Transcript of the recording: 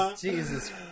Jesus